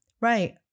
Right